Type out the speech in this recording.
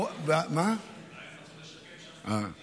אולי הם רצו לשקם שם את הפליטים.